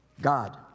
God